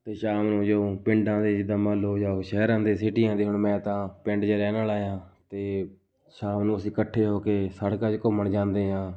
ਅਤੇ ਸ਼ਾਮ ਨੂੰ ਜਦੋਂ ਪਿੰਡ ਆਉਂਦੇ ਜਿੱਦਾਂ ਮੰਨ ਲਉ ਜਾਂ ਸ਼ਹਿਰ ਆਉਂਦੇ ਜਾਂ ਸੀਟੀ ਆਉਂਦੇ ਹੁਣ ਮੈਂ ਤਾਂ ਪਿੰਡ 'ਚ ਰਹਿਣ ਵਾਲਾ ਹਾਂ ਅਤੇ ਸ਼ਾਮ ਨੂੰ ਅਸੀਂ ਇਕੱਠੇ ਹੋ ਕੇ ਸੜਕਾਂ 'ਚ ਘੁੰਮਣ ਜਾਂਦੇ ਹਾਂ